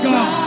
God